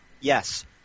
Yes